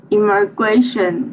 Immigration